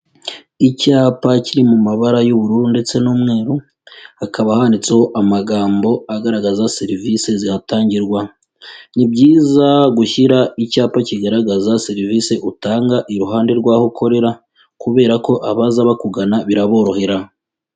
Icyapa kiri mu mabara y'ubururu ndetse n'umweru, hakaba handitseho amagambo agaragaza serivisi zihatangirwa, ni byiza gushyira icyapa kigaragaza serivisi utanga iruhande rw'aho ukorera kubera ko abaza bakugana biraborohera.